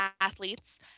athletes